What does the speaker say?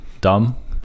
dumb